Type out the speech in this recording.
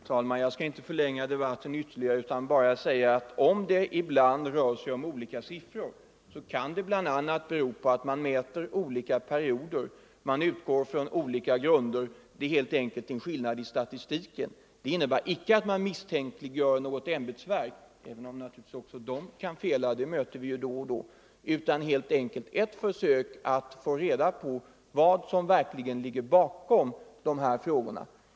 Herr talman! Jag skall inte förlänga debatten mycket mera utan vill bara säga att om man ibland rör sig med olika siffror kan detta bl.a. bero på att man mäter olika perioder och utgår från olika grunder. Det kan helt enkelt vara en skillnad i statistiken. Detta innebär icke att man misstänkliggör något ämbetsverk, även om naturligtvis också ämbetsverken kan fela — det ser vi väl då och då. Nej, det är helt enkelt ett försök att få reda på vad som verkligen är korrekt.